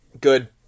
Good